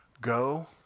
Go